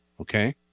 Okay